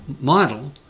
model